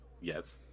Yes